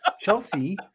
Chelsea